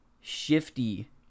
shifty